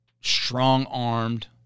strong-armed